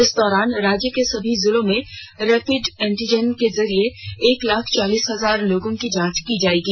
इस दौरान राज्य के समी जिलों में रैपिड एंटीजेन के जरिए एक लाख चालीस हजार लोगोंकी जांच की जायेगी